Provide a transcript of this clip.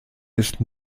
ist